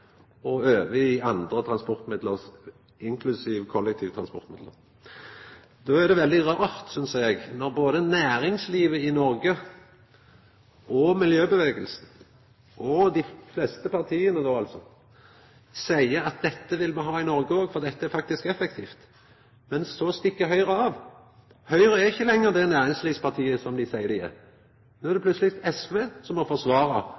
og over i andre transportmiddel, inklusive kollektivtransporten. Då er det veldig rart, synest eg, når både næringslivet i Noreg og miljøbevegelsen og dei fleste partia seier at dette vil me ha i Noreg òg, for dette er faktisk effektivt, at Høgre stikk av. Høgre er ikkje lenger det næringslivspartiet som dei seier dei er. No er det plutseleg SV som må forsvara NHO i Noreg og gode tiltak for klima. Så her har